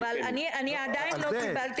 אני מבקש